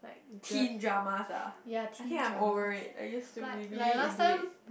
teen dramas ah I think I'm over it I used to be really into it